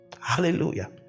hallelujah